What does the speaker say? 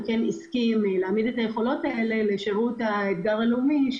הוא כן הסכים להעמיד את היכולות האלה לשירות האתגר הלאומי.